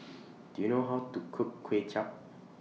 Do YOU know How to Cook Kuay Chap